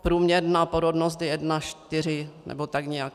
Průměrná porodnost je 1,4 nebo tak nějak.